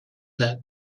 that